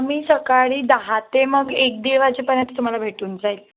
मी सकाळी दहा ते मग एक दीड वाजेपर्यंत तुम्हाला भेटून जाईल